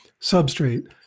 substrate